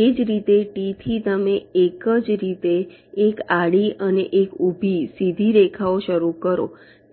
એ જ રીતે T થી તમે એ જ રીતે એક આડી અને ઊભી સીધી રેખા શરૂ કરો